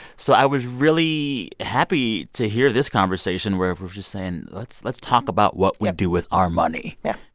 so i was really happy to hear this conversation where we're just saying, let's let's talk about what we do with our money yeah.